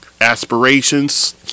aspirations